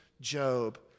Job